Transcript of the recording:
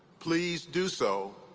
please do so,